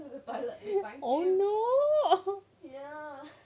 oh no